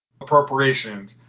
appropriations